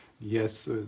yes